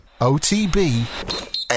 OTB